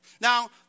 Now